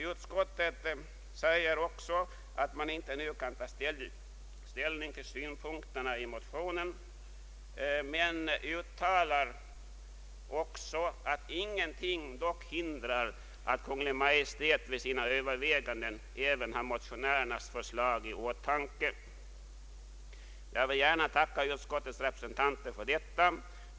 Utskottet säger att man inte nu kan ta ställning till synpunkterna i motionerna, men man uttalar också att ingenting hindrar att Kungl. Maj:t vid sina överlägganden även har motionärernas förslag i åtanke. Jag vill gärna tacka utskottets representanter för detta.